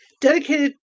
dedicated